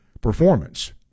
performance